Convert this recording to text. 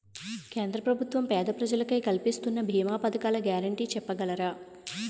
కేంద్ర ప్రభుత్వం పేద ప్రజలకై కలిపిస్తున్న భీమా పథకాల గ్యారంటీ చెప్పగలరా?